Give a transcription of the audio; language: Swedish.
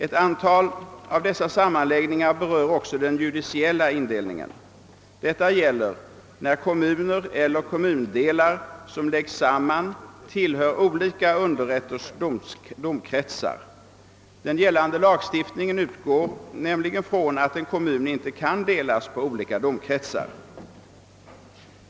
Ett antal av dessa sammanläggningar berör också den judiciella indelningen. Detta gäller när kommuner eller kommundelar som läggs samman tillhör olika underrätters domkretsar. Den gällande lagstiftningen atgår nämligen från att en kommun inte kan delas på olika domkretsar.